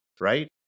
Right